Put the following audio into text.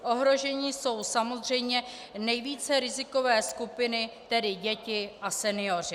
Ohroženy jsou samozřejmě nejvíce rizikové skupiny, tedy děti a senioři.